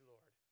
Lord